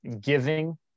giving